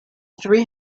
three